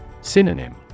Synonym